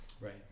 right